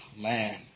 man